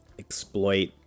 exploit